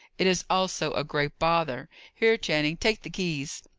it is also a great bother. here, channing, take the keys.